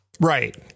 Right